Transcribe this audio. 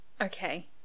Okay